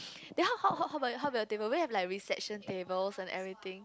then how how how how about your table won't there be like reception tables and everything